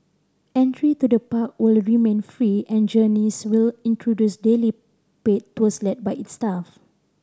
entry to the park will remain free and Journeys will introduce daily paid tours led by its staff